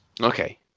Okay